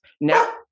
Now